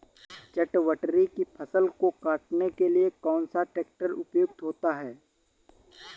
चटवटरी की फसल को काटने के लिए कौन सा ट्रैक्टर उपयुक्त होता है?